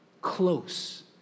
close